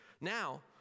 Now